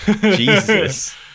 Jesus